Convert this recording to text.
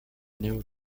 new